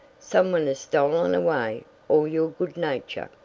someone has stolen away all your good nature.